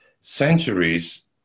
centuries